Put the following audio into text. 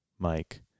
Mike